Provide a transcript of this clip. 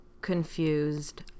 confused